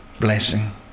blessing